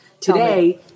Today